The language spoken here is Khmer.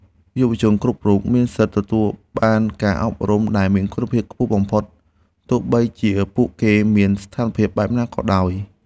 យុវជនគ្រប់រូបមានសិទ្ធិទទួលបានការអប់រំដែលមានគុណភាពខ្ពស់បំផុតទោះបីជាពួកគេមានស្ថានភាពបែបណាក៏ដោយ។